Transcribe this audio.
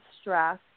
stress